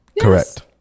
Correct